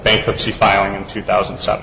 bankruptcy filing in two thousand